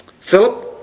Philip